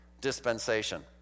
dispensation